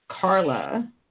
Carla